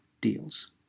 deals